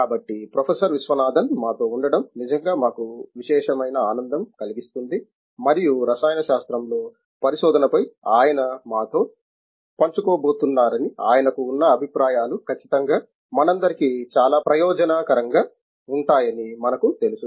కాబట్టి ప్రొఫెసర్ విశ్వనాథన్ మాతో ఉండటం నిజంగా మాకు విశేషమైన ఆనందం కలిగిస్తుంధి మరియు రసాయన శాస్త్రంలో పరిశోధనపై ఆయన మాతో పంచుకోబోతున్నారని ఆయనకు ఉన్న అభిప్రాయాలు ఖచ్చితంగా మనందరికీ చాలా ప్రయోజనకరంగా ఉంటాయని మనకు తెలుసు